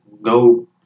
no